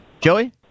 Joey